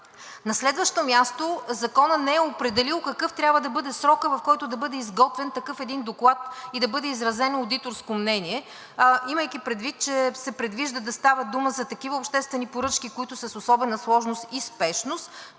На следващо място, законът не е определил какъв трябва да бъде срокът, в който да бъде изготвен такъв един доклад и да бъде изразено одиторско мнение, а имайки предвид, че се предвижда да става дума за такива обществени поръчки, които са с особена сложност и спешност,